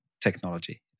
technology